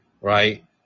right